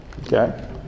okay